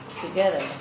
together